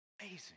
Amazing